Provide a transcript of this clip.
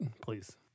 please